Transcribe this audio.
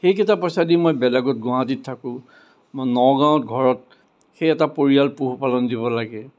সেইকেইটা পইচা দি মই বেলেগত গুৱাহাটীত থাকোঁ মই নগাঁৱত ঘৰত সেই এটা পৰিয়াল পোহপালন দিব লাগে